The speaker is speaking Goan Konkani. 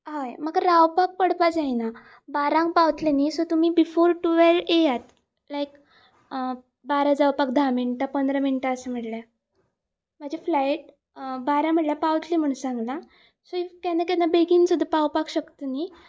हय म्हाका रावपाक पडपाक जायना बारांक पावतले न्ही सो तुमी बिफोर टुवेल्व येयात लायक बारा जावपाक धा मिनटां पंदरा मिण्टां आसा म्हणल्यार म्हाजे फ्लायट बारा म्हळ्या पावतली म्हण सांगला सो इफ केन्ना केन्ना बेगीन सुद्दा पावपाक शकता न्ही